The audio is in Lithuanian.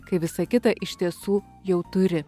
kai visą kitą iš tiesų jau turi